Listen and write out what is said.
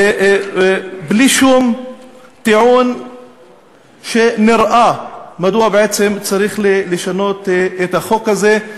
בלי שום טיעון מדוע בעצם צריך לשנות את החוק הזה.